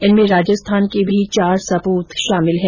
इनमें राजस्थान के भी चार सपूत शामिल है